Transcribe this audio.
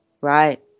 right